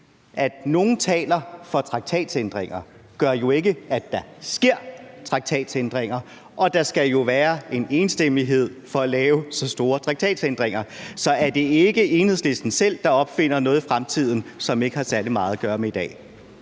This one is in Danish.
at nogle taler for traktatændringer, betyder jo ikke, at der bliver gennemført traktatændringer, og der skal jo være enstemmighed for at lave så store traktatændringer. Så er det ikke Enhedslisten selv, der opfinder noget i fremtiden, som ikke har særlig meget at gøre med i dag?